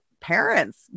parents